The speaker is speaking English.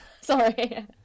Sorry